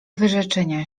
wyrzeczenia